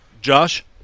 Josh